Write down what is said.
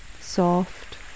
soft